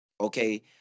okay